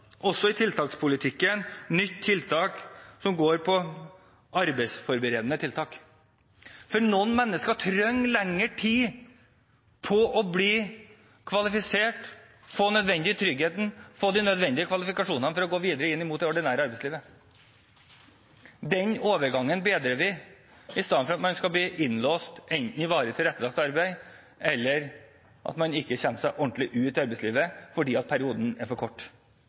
også får på plass nytt tiltak, arbeidsforberedende tiltak, for noen mennesker trenger lengre tid på å bli kvalifisert, få den nødvendige tryggheten, få de nødvendige kvalifikasjonene for å gå videre inn mot det ordinære arbeidslivet. Den overgangen bedrer vi istedenfor at man skal bli innelåst enten i varig tilrettelagt arbeid eller at man ikke kommer seg ordentlig ut i arbeidslivet fordi perioden er for kort